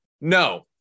No